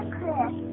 Chris